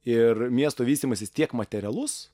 ir miesto vystymasis tiek materialus